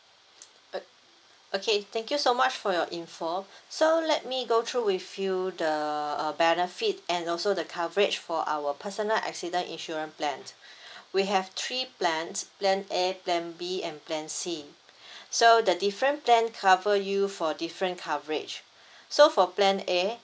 o~ okay thank you so much for your info okay so let me go through with you the uh benefit and also the coverage for our personal accident insurance plans we have three plans plan A plan B and plan C so the different plan cover you for different coverage so for plan A